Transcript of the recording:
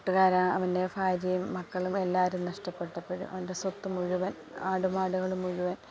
കൂട്ടുകാരാ അവൻ്റെ ഭാര്യയും മക്കളും എല്ലാവരും നഷ്ടപ്പെട്ടപ്പോൾ അവൻ്റെ സ്വത്ത് മുഴുവൻ ആട് മാടുകൾ മുഴുവൻ